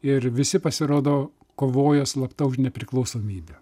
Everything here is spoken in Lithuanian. ir visi pasirodo kovojo slapta už nepriklausomybę